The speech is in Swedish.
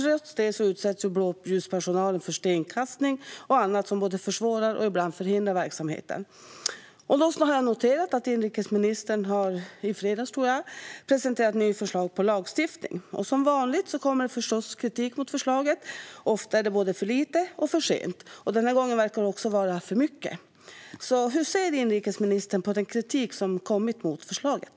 Trots detta utsätts blåljuspersonalen för stenkastning och annat som både försvårar och ibland förhindrar verksamheten. Jag har noterat att inrikesministern i fredags, tror jag, presenterade ett nytt förslag till lagstiftning. Som vanligt kommer det förstås kritik mot förslaget. Ofta är det både för lite och för sent, och denna gång verkar det också vara för mycket. Hur ser inrikesministern på den kritik som kommit mot förslaget?